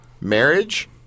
marriage